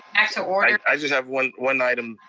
back to order. i just have one one item,